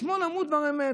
אתמול אמרו דבר אמת,